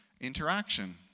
interaction